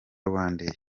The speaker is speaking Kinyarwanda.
rwandair